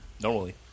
Normally